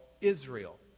Israel